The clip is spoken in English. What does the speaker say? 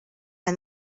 and